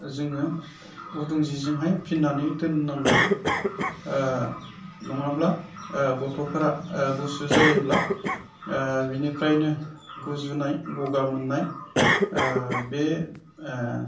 जोङो गुदुं जिजोंहाय फिननानै दोननांगौ नङाब्ला गथ'फोरा गुसु जायोब्ला बिनिफ्रायनो गुजुनाय गगा मोननाय बे